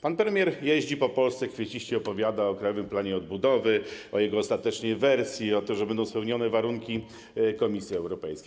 Pan premier jeździ po Polsce, kwieciście opowiada o Krajowym Planie Odbudowy, o jego ostatecznej wersji, o tym, że będę spełnione warunki Komisji Europejskiej.